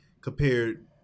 compared –